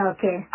Okay